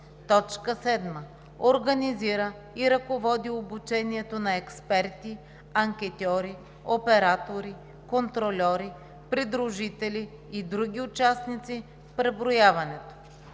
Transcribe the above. райони; 7. организира и ръководи обучението на експерти, анкетьори, оператори, контрольори, придружители и други участници в преброяването;